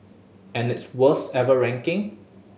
and its worst ever ranking